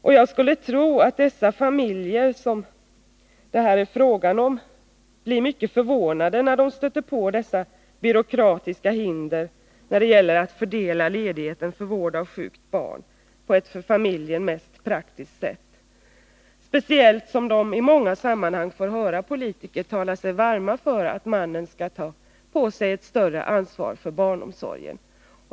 Och jag skulle tro att dessa familjer blir mycket förvånade när de stöter på dessa byråkratiska hinder när det gäller att fördela ledigheten för vård av sjukt barn på ett för familjen mest praktiskt sätt, speciellt som de i många sammanhang får höra politiker tala sig varma för att mannen skall ta på sig ett större ansvar för barnomsorgen.